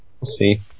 See